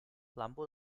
lampu